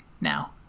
now